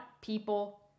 people